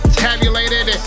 tabulated